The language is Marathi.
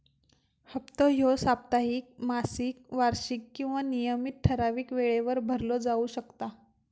हप्तो ह्यो साप्ताहिक, मासिक, वार्षिक किंवा नियमित ठरावीक वेळेवर भरलो जाउ शकता